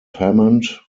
hammond